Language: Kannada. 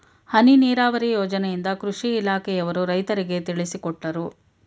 ಹನಿ ನೀರಾವರಿ ಯೋಜನೆಯಿಂದ ಕೃಷಿ ಇಲಾಖೆಯವರು ರೈತರಿಗೆ ತಿಳಿಸಿಕೊಟ್ಟರು